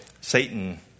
Satan